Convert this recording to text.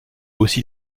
aussi